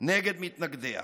נגד מתנגדיה.